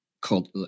called